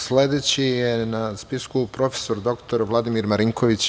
Sledeći je na spisku prof. dr Vladimir Marinković.